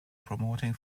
promoting